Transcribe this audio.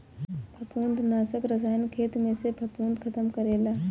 फंफूदनाशक रसायन खेत में से फंफूद खतम करेला